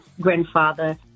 grandfather